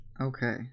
Okay